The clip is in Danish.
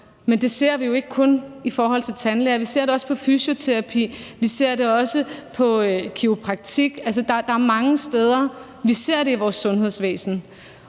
Men det ser vi jo ikke kun i forhold til tandlæger. Vi ser det også på fysioterapi, vi ser det også på kiropraktik. Altså, der er mange steder i vores sundhedsvæsen,